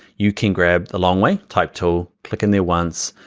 you can grab the long way type tool, click in there once.